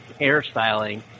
hairstyling